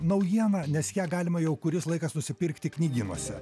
naujieną nes ją galima jau kuris laikas nusipirkti knygynuose